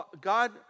God